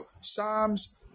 psalms